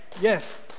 Yes